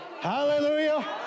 Hallelujah